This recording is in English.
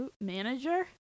Manager